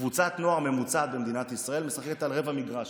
קבוצת נוער ממוצעת במדינת ישראל משחקת על רבע מגרש.